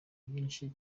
byinshi